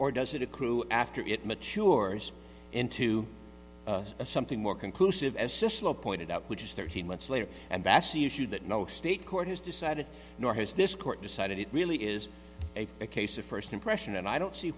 or does it accrue after it matures into something more conclusive as pointed out which is thirteen months later and that's the issue that no state court has decided nor has this court decided it really is a case of first impression and i don't see